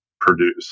produce